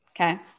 Okay